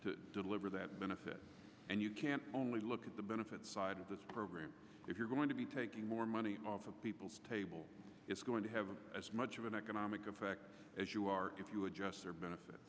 to deliver that benefit and you can only look at the benefit side of this program if you're going to be taking more money off of people's table it's going to have as much of an economic effect as you are if you adjust your benefit